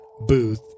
booth